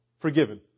forgiven